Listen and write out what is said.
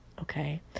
Okay